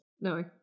No